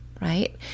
right